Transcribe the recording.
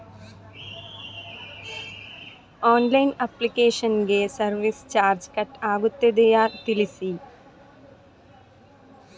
Online application ಗೆ service charge cut ಆಗುತ್ತದೆಯಾ ತಿಳಿಸಿ?